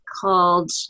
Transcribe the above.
called